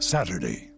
Saturday